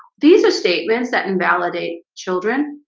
these are statements that invalidate children,